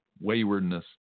waywardness